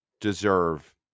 deserve